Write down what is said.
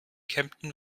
kempten